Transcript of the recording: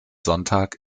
sonntag